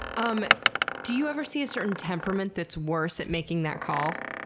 um do you ever see a certain temperament that's worse at making that call?